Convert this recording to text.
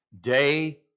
day